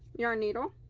your needle